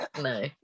no